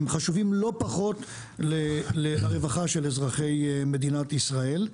הם חשובים לא פחות לרווחה של אזרחי מדינת ישראל.